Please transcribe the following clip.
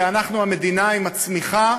כי אנחנו המדינה עם הצמיחה